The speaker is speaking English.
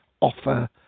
offer